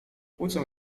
kłócą